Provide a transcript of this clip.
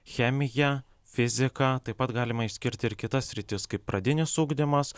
chemija fizika taip pat galima išskirti ir kitas sritis kaip pradinis ugdymas